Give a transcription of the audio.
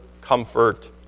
comfort